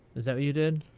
is that what you did?